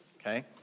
okay